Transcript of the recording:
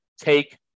Take